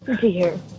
Dear